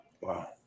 wow